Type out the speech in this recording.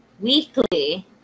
weekly